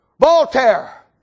Voltaire